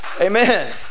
Amen